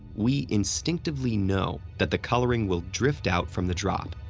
we instinctively know that the coloring will drift out from the drop,